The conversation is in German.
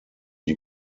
die